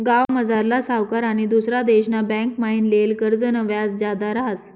गावमझारला सावकार आनी दुसरा देशना बँकमाईन लेयेल कर्जनं व्याज जादा रहास